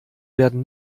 werden